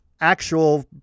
actual